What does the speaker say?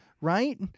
right